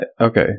okay